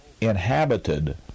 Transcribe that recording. inhabited